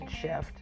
shift